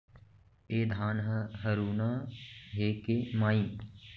ए धान ह हरूना हे के माई?